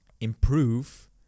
improve